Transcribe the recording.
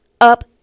up